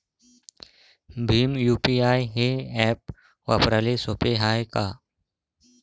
Bhim UPI हे app वापराले सोपे हाय का?